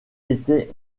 était